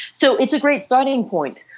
so it's a great starting point.